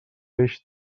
peix